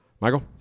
Michael